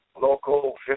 local